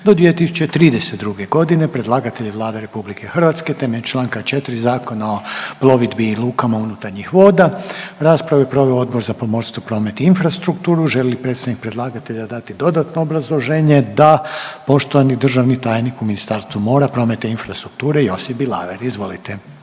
do 2032. godine Predlagatelj je Vlada Republike Hrvatske temeljem članka 4. Zakona o plovidbi i lukama unutarnjih voda. Raspravu je proveo Odbor za pomorstvo, promet i infrastrukturu. Želi li predstavnik predlagatelja dati dodatno obrazloženje? Da. Poštovani državni tajnik u Ministarstvu mora, prometa i infrastrukture Josip Bilaver. Izvolite.